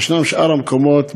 יש שאר המקומות,